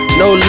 no